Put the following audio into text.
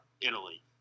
Italy